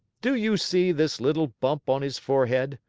do you see this little bump on his forehead?